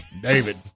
David